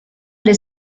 alle